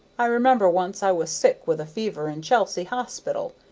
i remember once i was sick with a fever in chelsea hospital,